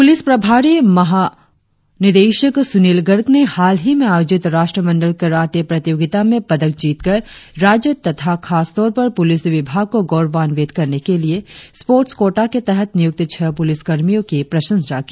police प्रभारी महा निदेशक सुनिल गर्ग ने हालही में आयोजित राष्ट्रमंडल कराते प्रतियोगिता में पदक जीतकर राज्य तथा खासतौर पर पुलिस विभाग को गौरवान्वित करने के लिए स्पोर्ट्स कोटा के तहत नियुक्त छह पुलिस कर्मियों की प्रशंसा की